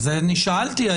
לכן שאלתי,